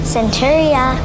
Centuria